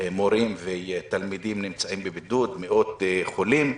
מורים ותלמידים נמצאים בבידוד, מאות חולים,